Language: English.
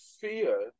fear